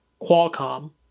Qualcomm